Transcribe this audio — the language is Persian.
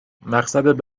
مقصد